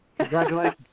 Congratulations